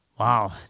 Wow